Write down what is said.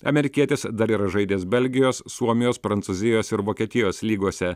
amerikietis dar yra žaidęs belgijos suomijos prancūzijos ir vokietijos lygose